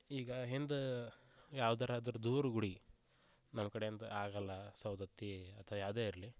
ಈಗ ಹಿಂದೆ ಯಾವುದಾರ ಅದರ ದೂರ ಗುಡಿಗೆ ನಮ್ಮ ಕಡೆ ಅಂದು ಆಗೋಲ್ಲ ಸವದತ್ತಿ ಅಥ್ವ ಯಾವುದೇ ಇರಲಿ